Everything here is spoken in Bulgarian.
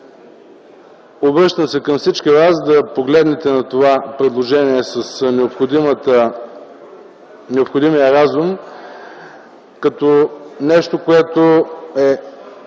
Обръщам се към всички вас да погледнете на това предложение с необходимия разум – като нещо абсолютно